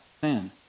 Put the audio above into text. sin